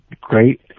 great